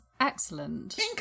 excellent